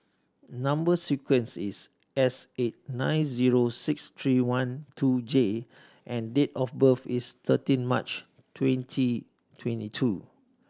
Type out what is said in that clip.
number sequence is S eight nine zero six three one two J and date of birth is thirteen March twenty twenty two